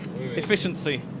efficiency